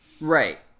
Right